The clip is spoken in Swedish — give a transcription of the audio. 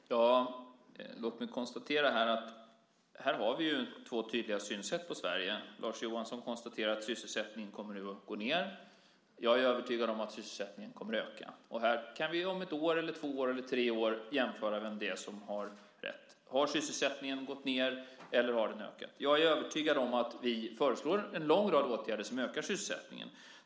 Fru talman! Låt mig konstatera att vi har två tydliga synsätt på Sverige. Lars Johansson säger att sysselsättningen nu kommer att gå ned. Jag är övertygad om att sysselsättningen kommer att öka. Här kan vi om ett, två eller tre år jämföra och se vem som har rätt. Har sysselsättningen gått ned eller har den ökat? Jag är övertygad om att vi föreslår en lång rad åtgärder som ökar sysselsättningen.